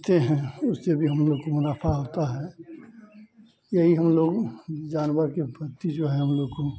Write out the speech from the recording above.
बेचते हैं उससे भी हम लोग को मुनाफा होता है यही हम लोग जानवर के प्रति जो है हम लोग को